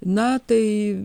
na tai